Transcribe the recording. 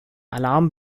alarm